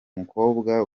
mukobwa